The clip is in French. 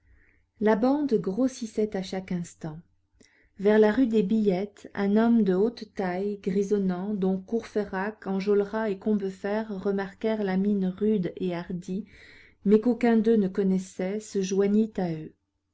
la bande grossissait à chaque instant vers la rue des billettes un homme de haute taille grisonnant dont courfeyrac enjolras et combeferre remarquèrent la mine rude et hardie mais qu'aucun d'eux ne connaissait se joignit à eux